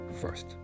first